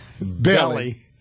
belly